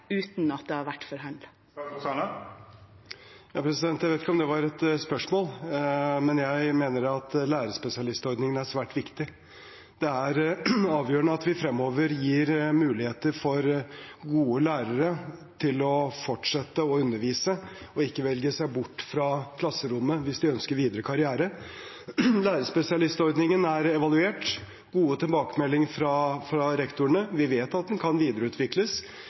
uten at det har vært forhandlet. Jeg vet ikke om det var et spørsmål, men jeg mener at lærerspesialistordningen er svært viktig. Det er avgjørende at vi fremover gir muligheter for gode lærere til å fortsette å undervise og ikke velge seg bort fra klasserommet hvis de ønsker videre karriere. Lærerspesialistordningen er evaluert. Det er gode tilbakemeldinger fra rektorene. Vi vet at den kan videreutvikles,